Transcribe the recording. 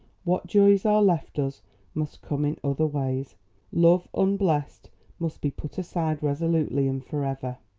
what joys are left us must come in other ways love unblessed must be put aside resolutely and forever.